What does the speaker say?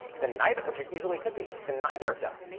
then neither which it easily could be. then neither of them